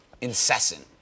incessant